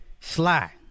Sly